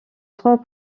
trois